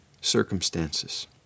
circumstances